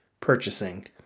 purchasing